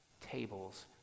tables